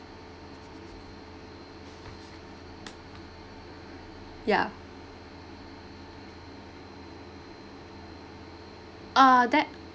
ya err that